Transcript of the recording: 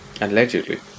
Allegedly